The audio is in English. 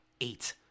eight